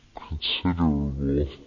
considerable